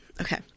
Okay